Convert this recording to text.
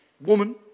Woman